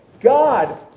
God